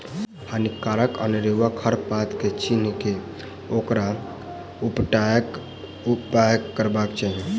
हानिकारक अनेरुआ खर पात के चीन्ह क ओकरा उपटयबाक उपाय करबाक चाही